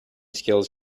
skills